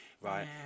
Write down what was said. right